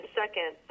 second